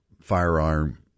firearm